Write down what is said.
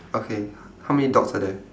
okay h~ how many dots are there